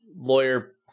lawyer